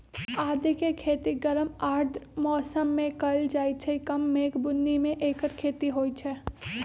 आदिके खेती गरम आर्द्र मौसम में कएल जाइ छइ कम मेघ बून्नी में ऐकर खेती होई छै